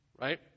right